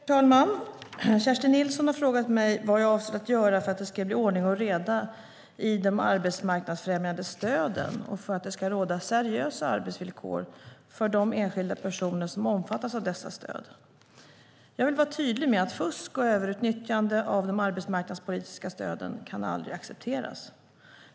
Herr talman! Kerstin Nilsson har frågat mig vad jag avser att göra för att det ska bli ordning och reda i de arbetsmarknadsfrämjande stöden och för att det ska råda seriösa arbetsvillkor för de enskilda personer som omfattas av dessa stöd. Jag vill vara tydlig med att fusk och överutnyttjande av de arbetsmarknadspolitiska stöden aldrig kan accepteras.